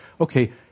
okay